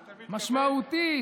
משמעותית,